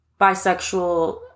bisexual